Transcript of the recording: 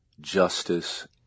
justice